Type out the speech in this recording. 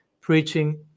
preaching